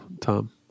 Tom